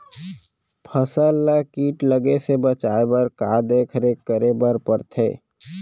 फसल ला किट लगे से बचाए बर, का का देखरेख करे बर परथे?